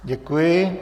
Děkuji.